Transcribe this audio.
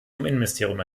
innenministerium